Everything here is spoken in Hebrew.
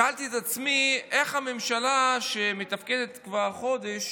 שאלתי את עצמי איך הממשלה, שמתפקדת כבר חודש,